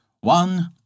One